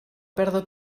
perda